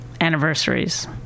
anniversaries